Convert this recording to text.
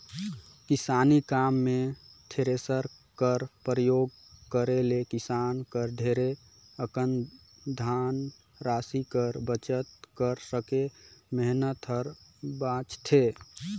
किसानी काम मे थेरेसर कर परियोग करे ले किसान कर ढेरे अकन धन रासि कर बचत कर संघे मेहनत हर बाचथे